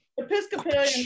Episcopalian